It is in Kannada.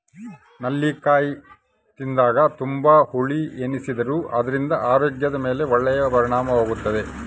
ನೆಲ್ಲಿಕಾಯಿ ತಿಂದಾಗ ತುಂಬಾ ಹುಳಿ ಎನಿಸಿದರೂ ಅದರಿಂದ ಆರೋಗ್ಯದ ಮೇಲೆ ಒಳ್ಳೆಯ ಪರಿಣಾಮವಾಗುತ್ತದೆ